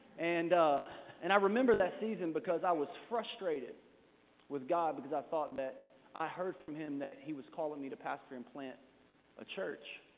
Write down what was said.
and ah and i remember that season because i was frustrated with god because i thought that i heard from him that he was calling me to pastor and plant a church.